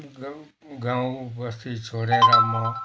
गाउँ बस्ती छोडेर म